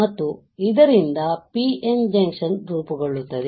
ಮತ್ತು ಇದರಿಂದ ಜಂಕ್ಷನ್ ರೂಪುಗೊಳ್ಳುತ್ತದೆ